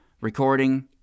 recording